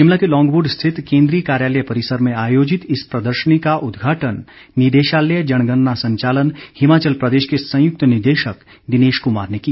शिमला के लौंगवुड स्थित केन्द्रीय कार्यालय परिसर में आयोजित इस प्रदर्शनी का उद्घाटन निदेशालय जनगणना संचालन हिमाचल प्रदेश के संयुक्त निदेशक दिनेश कुमार ने किया